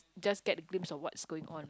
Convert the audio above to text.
just get a glimpse of what's going on